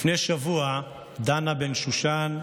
לפני שבוע דנה בן שושן,